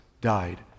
died